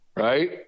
Right